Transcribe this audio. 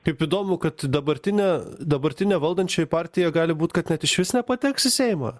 kaip įdomu kad dabartinė dabartinė valdančioji partija gali būt kad net išvis nepateks į seimą